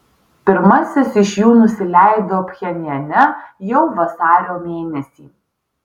pirmasis iš jų nusileido pchenjane jau vasario mėnesį